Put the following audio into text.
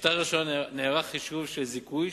בשיטה הראשונה נערך חישוב של זיכוי,